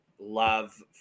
love